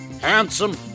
handsome